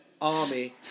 army